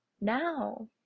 now